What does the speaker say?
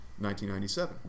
1997